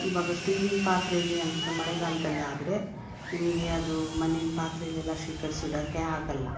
ಇವಾಗ ಸ್ಟೀಲಿನ ಪಾತ್ರೆಯಲ್ಲಿ ಅಂತ ಮಳೆಗಾಲದಲ್ಲಾದ್ರೆ ನಿಮಗೆ ಅದು ಮಣ್ಣಿನ ಪಾತ್ರೆಯಲ್ಲೆಲ್ಲ ಶೇಖರ್ಸಿಡಕ್ಕೆ ಆಗಲ್ಲ